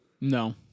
no